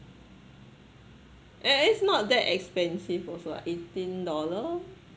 and it's not that expensive also eighteen dollar